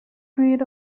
breed